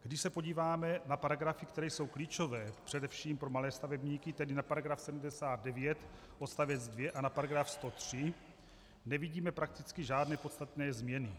Když se podíváme na paragrafy, které jsou klíčové především pro malé stavebníky, tedy na § 79 odst. 2 a na § 103, nevidíme prakticky žádné podstatné změny.